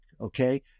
Okay